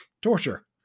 torture